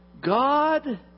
God